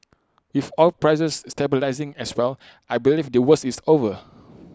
with oil prices stabilising as well I believe the worst is over